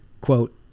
quote